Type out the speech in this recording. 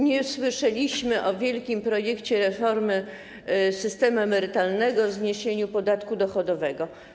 nie słyszeliśmy o wielkim projekcie reformy systemu emerytalnego, o zniesieniu podatku dochodowego.